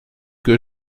que